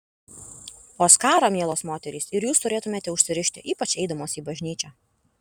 o skarą mielos moterys ir jūs turėtumėte užsirišti ypač eidamos į bažnyčią